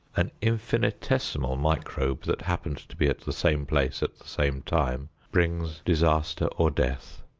an infinitesimal microbe that happened to be at the same place at the same time brings disaster or death.